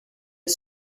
est